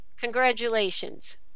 Congratulations